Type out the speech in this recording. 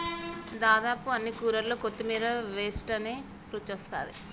దాదాపు అన్ని కూరల్లో కొత్తిమీర వేస్టనే రుచొస్తాది